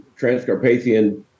Transcarpathian